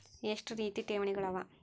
ಎಷ್ಟ ರೇತಿ ಠೇವಣಿಗಳ ಅವ?